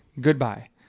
Goodbye